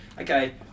okay